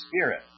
Spirit